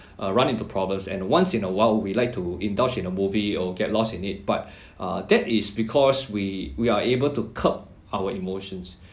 uh run into problems and once in a while we like to indulge in a movie or get lost in it but uh that is because we we are able to curb our emotions